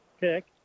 pick